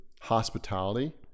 hospitality